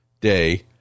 Day